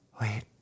Wait